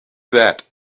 that